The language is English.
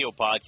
podcast